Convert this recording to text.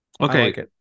Okay